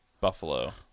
Buffalo